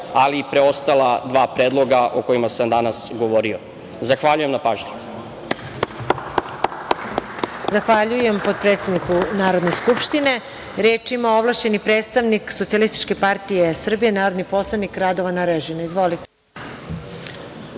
ali i preostala dva predloga o kojima sam danas govorio. Zahvaljujem na pažnji.